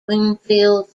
wingfield